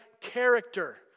character